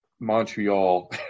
Montreal